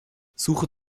suche